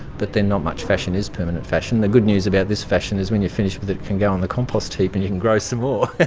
but then not much fashion is permanent fashion. the good news about this fashion is when you've finished with it, it can go on the compost heap and you can grow some more,